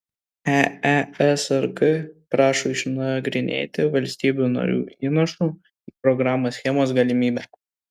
eesrk prašo išnagrinėti valstybių narių įnašų į programą schemos galimybę